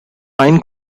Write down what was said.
wine